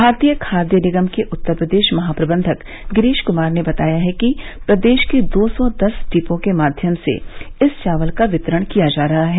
भारतीय खाद्य निगम के उत्तर प्रदेश महाप्रबंधक गिरीश कुमार ने बताया कि प्रदेश के दो सौ दस डिपो के माध्यम से इस चावल का वितरण किया जा रहा है